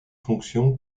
fonction